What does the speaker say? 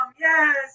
yes